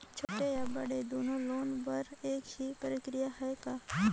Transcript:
छोटे या बड़े दुनो लोन बर एक ही प्रक्रिया है का?